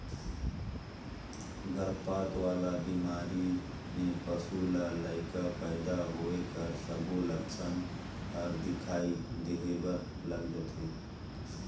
गरभपात वाला बेमारी में पसू ल लइका पइदा होए कर सबो लक्छन हर दिखई देबर लग जाथे